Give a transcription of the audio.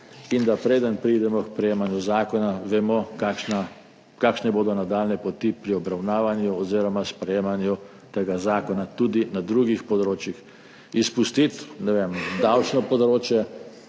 in da preden pridemo k sprejemanju zakona, vemo, kakšne bodo nadaljnje poti pri obravnavanju oziroma sprejemanju tega zakona tudi na drugih področjih. Izpustiti, ne vem, davčno področje